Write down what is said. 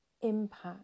impact